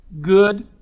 good